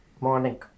morning